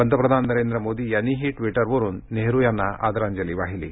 पंतप्रधान नरेंद्र मोदी यांनीही ट्विटरवरून नेहरु यांना आदरांजली वाहिली आहे